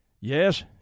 Yes